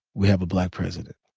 we have a black president.